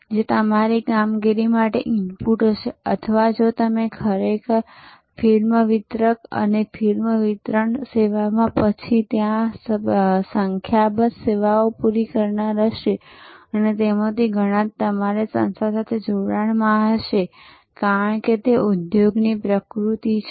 જે તમારી કામગીરી માટે ઇનપુટ હશે અથવા જો તમે ખરેખર ફિલ્મ વિતરક અને ફિલ્મ વિતરણ સેવામાં પછી ત્યાં સંખ્યાબંધ સેવા પૂરી કરનાર હશે અને તેમાંથી ઘણા તમારી સંસ્થા સાથે જોડાણમાં હશે કારણ કે તે ઉદ્યોગની પ્રકૃતિ છે